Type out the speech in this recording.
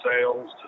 sales